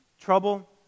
trouble